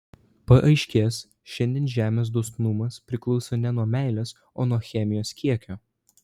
paaiškės šiandien žemės dosnumas priklauso ne nuo meilės o nuo chemijos kiekio